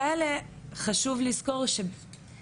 אנחנו חייבים לקחת עוד יותר ועוד יותר